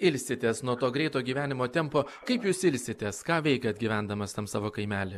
ilsitės nuo to greito gyvenimo tempo kaip jūs ilsitės ką veikiat gyvendamas tam savo kaimely